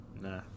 nah